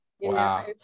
wow